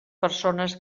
persones